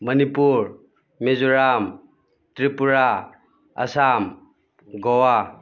Manipur Mizoram Tripura Assam Goa